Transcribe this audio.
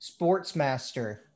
Sportsmaster